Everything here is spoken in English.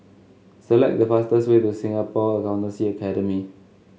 select the fastest way to Singapore Accountancy Academy